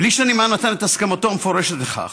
בלי שהנמען נתן את הסכמתו המפורשת לכך.